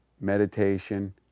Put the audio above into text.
meditation